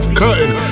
cutting